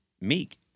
meek